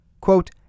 Quote